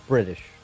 British